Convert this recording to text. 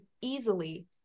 easily